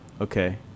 Okay